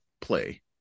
play